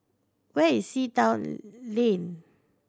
where is Sea Town Lane